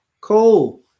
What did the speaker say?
Cool